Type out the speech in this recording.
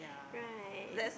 right